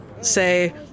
say